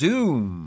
Doom